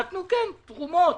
נתנו תרומות